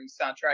soundtrack